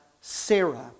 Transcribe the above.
Sarah